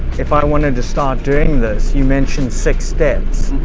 if i wanted to start doing this you, mentioned six steps,